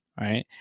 right